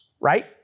right